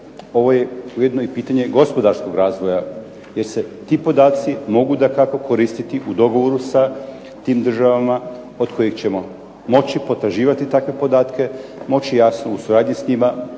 ovo je ujedno pitanje i gospodarskog pitanja, jer se ti podaci mogu dakako koristiti u dogovoru sa tim državama od kojih ćemo moći potraživati takve podatke, moći jasno u suradnji s njima